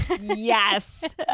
Yes